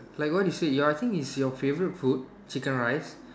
like what you say your I think is your favourite food chicken rice